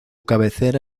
cabecera